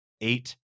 eight